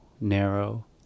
narrow